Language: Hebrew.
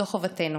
זו חובתנו.